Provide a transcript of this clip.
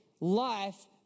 life